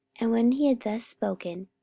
and when he had thus spoken,